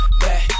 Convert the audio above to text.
Back